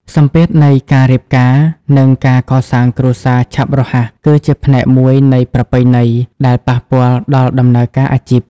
សម្ពាធនៃការរៀបការ និងការកសាងគ្រួសារឆាប់រហ័ស គឺជាផ្នែកមួយនៃប្រពៃណីដែលប៉ះពាល់ដល់ដំណើរការអាជីព។